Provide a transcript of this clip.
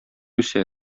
үсә